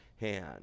hand